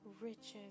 riches